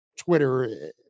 Twitter